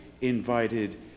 invited